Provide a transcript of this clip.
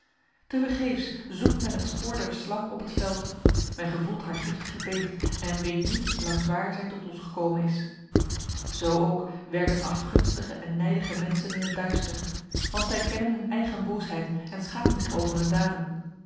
tevergeefs zoekt men het spoor der slang op het veld men gevoelt haar giftige beet en weet niet langs waar zij tot ons gekomen is zo ook werken afgunstige en nijdige mensen in het duister want zij kennen hun eigen boosheid en schamen zich over hun daden